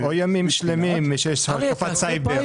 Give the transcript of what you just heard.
או ימים שלמים למי שיש עליו התקפת סייבר.